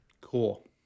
Cool